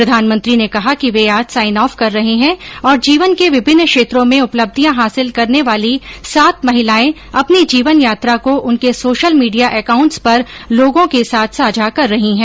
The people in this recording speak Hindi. प्रधानमंत्री ने कहा कि वे आज साइन ऑफ कर रहे हैं और जीवन के विभिन्न क्षेत्रों में उपलब्धियां हासिल करने वाली सात महिलायें अपनी जीवन यात्रा को उनके सोशल मीडिया एकाउंट्स पर लोगों के साथ साझा कर रही है